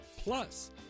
Plus